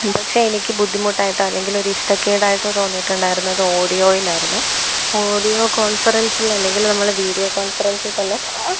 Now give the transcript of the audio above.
പക്ഷേ എനിക്ക് ബുദ്ധിമുട്ടായിട്ട് അല്ലെങ്കിലൊരു ഇഷ്ടക്കേടായിട്ടോ തോന്നിയിട്ടുണ്ടായിരുന്നത് ഓഡിയോയിലായിരുന്നു ഓഡിയോ കോൺഫറൻസിലല്ലെങ്കിൽ നമ്മൾ വീഡിയോ കോൺഫറൻസിൽ തന്നെ